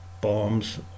bombs